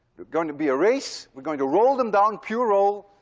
going to be a race. we're going to roll them down, pure roll.